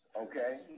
okay